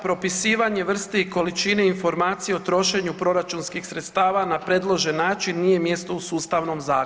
Propisivanje vrste i količine informacija o trošenju proračunskih sredstava na predložen način nije mjesto u sustavnom zakonu.